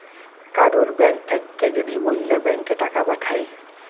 কারুর ব্যাঙ্ক থাক্যে যদি ওল্য ব্যাংকে টাকা পাঠায়